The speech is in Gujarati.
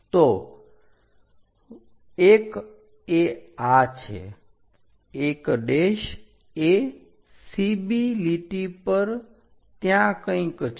તો 1 એ આ છે 1 એ CB લીટી પર ત્યાં કંઈક છે